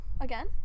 again